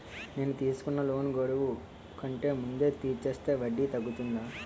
నేను తీసుకున్న లోన్ గడువు కంటే ముందే తీర్చేస్తే వడ్డీ తగ్గుతుందా?